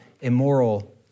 immoral